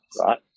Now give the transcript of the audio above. right